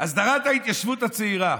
הסדרת ההתיישבות הצעירה,